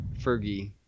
Fergie